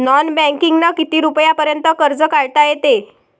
Non बँकिंगनं किती रुपयापर्यंत कर्ज काढता येते?